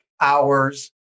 hours